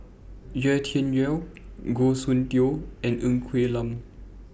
Yau Tian Yau Goh Soon Tioe and Ng Quee Lam